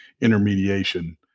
intermediation